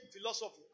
philosophy